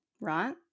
right